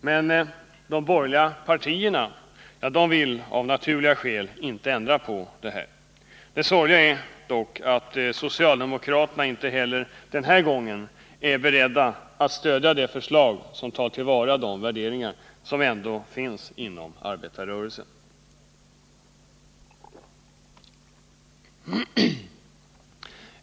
Men de borgerliga partierna vill av naturliga skäl inte ändra på det. Det sorgliga är dock att socialdemokraterna inte heller denna gång är beredda att stödja ett förslag som tar till vara de värderingar som ändå finns inom arbetarrörelsen.